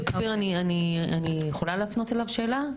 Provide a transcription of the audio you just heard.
היושבת-ראש, אני רוצה להפנות אליו שאלה.